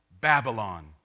Babylon